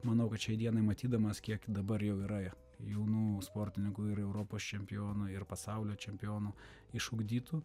manau kad šiai dienai matydamas kiek dabar jau yra jaunų sportininkų ir europos čempionų ir pasaulio čempionų išugdytų